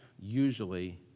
Usually